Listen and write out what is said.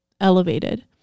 elevated